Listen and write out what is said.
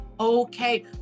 okay